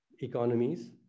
economies